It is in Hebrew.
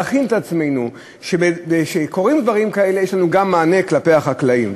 להכין את עצמנו שכשקורים דברים כאלה יש לנו גם מענה כלפי החקלאים.